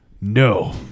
No